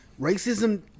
racism